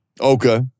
Okay